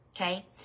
okay